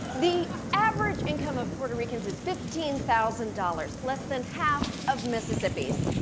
the average income of puerto ricans is fifteen thousand dollars, less than half of mississippi's.